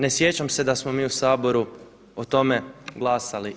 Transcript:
Ne sjećam se da smo mi u Saboru o tome glasali.